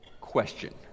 question